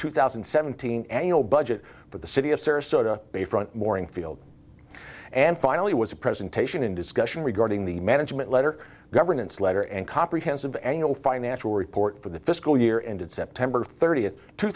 two thousand and seventeen annual budget for the city of sarasota bayfront moring field and finally was a presentation in discussion regarding the management letter governance letter and comprehensive annual financial report for the fiscal year ended september thirtieth two